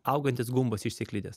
augantis gumbas iš sėklidės